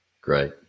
Great